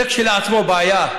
זה כשלעצמו בעיה.